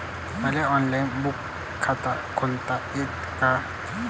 मले online bank खात खोलता येते का?